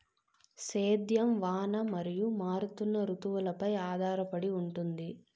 సేద్యం వాన మరియు మారుతున్న రుతువులపై ఆధారపడి ఉంటుంది